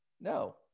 no